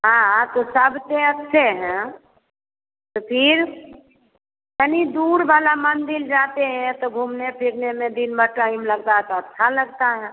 हाँ हाँ तो सबसे अच्छे हैं अ फिर तनी दूर वाला मंदिर जाते हैं तो घूमने फिरने में दिन भर टाइम लगता तो अच्छा लगता है